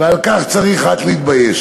ועל כך צריך רק להתבייש.